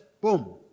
boom